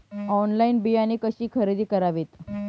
Online बियाणे कशी खरेदी करावीत?